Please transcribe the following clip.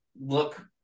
look